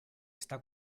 está